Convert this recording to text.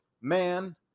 Man